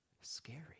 Scary